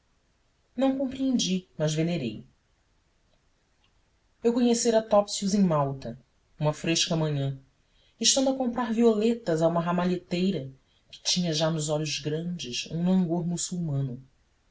não compreendi mas venerei eu conhecera topsius em malta numa fresca manhã estando a comprar violetas a uma ramalheteira que tinha já nos olhos grandes um langor muçulmano